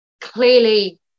clearly